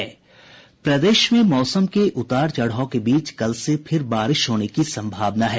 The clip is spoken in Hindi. प्रदेश में मौसम के उतार चढ़ाव के बीच कल से फिर बारिश होने की संभावना है